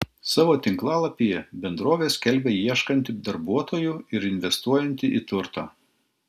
savo tinklalapyje bendrovė skelbia ieškanti darbuotojų ir investuojanti į turtą